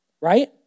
right